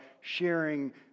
sharing